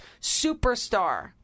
Superstar